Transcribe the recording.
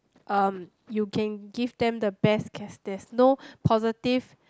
um you can give them the best care there's no positive